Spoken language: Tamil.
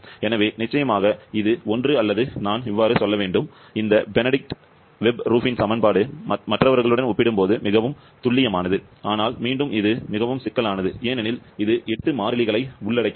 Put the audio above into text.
எனவே நிச்சயமாக இது ஒன்று அல்லது நான் சொல்ல வேண்டும் இந்த பெனடிக்ட் வெப் ரூபின் சமன்பாடு மற்றவர்களுடன் ஒப்பிடும்போது மிகவும் துல்லியமானது ஆனால் மீண்டும் இது மிகவும் சிக்கலானது ஏனெனில் இது 8 மாறிலிகளை உள்ளடக்கியது